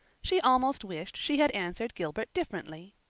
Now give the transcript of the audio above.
she almost wished she had answered gilbert differently.